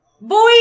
Boy